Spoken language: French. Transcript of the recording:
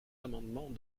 amendements